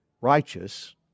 righteous